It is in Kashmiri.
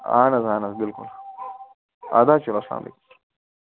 اَہَن حظ اَہَن حظ بِلکُل اَدٕ حظ چلو اسلامُ علیکُم